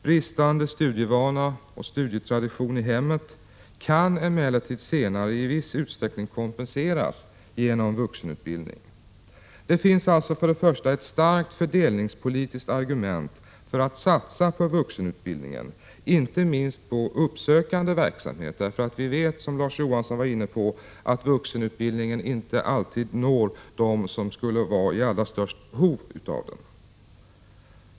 Bristande ”studievana” och ”studietradition” i hemmet kan emellertid senare i viss utsträckning kompenseras genom vuxenutbildning. Det finns alltså för det första ett starkt fördelningspolitiskt argument för att satsa på vuxenutbildningen, inte minst på uppsökande verksamhet. Vi vet, som även Larz Johansson var inne på, att vuxenutbildningen inte alltid når dem som skulle vara i allra störst behov av den.